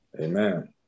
Amen